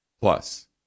Plus